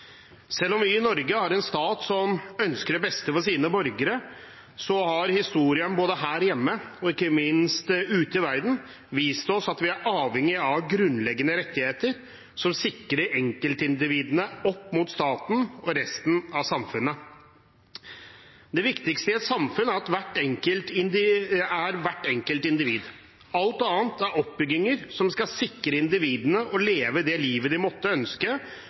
Selv om vi i Norge har en stat som ønsker det beste for sine borgere, har historien både her hjemme og ikke minst ute i verden vist oss at vi er avhengige av grunnleggende rettigheter som sikrer enkeltindividene opp mot staten og resten av samfunnet. Det viktigste i et samfunn er hvert enkelt individ. Alt annet er oppbygginger som skal sikre at individene kan leve det livet de måtte ønske,